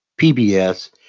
PBS